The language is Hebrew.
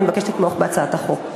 אני מבקשת לתמוך בהצעת החוק.